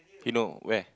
you know where